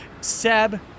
Seb